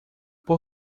por